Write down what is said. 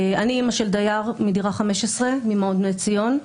אני אימא של דייר מדירה 15 במעון בני ציון.